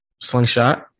Slingshot